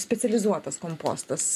specializuotas kompostas